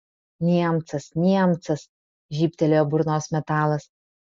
niemcas niemcas žybtelėjo burnos metalas